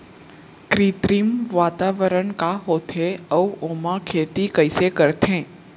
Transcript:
कृत्रिम वातावरण का होथे, अऊ ओमा खेती कइसे करथे?